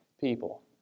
people